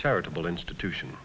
charitable institution